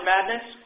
Madness